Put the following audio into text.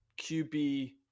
QB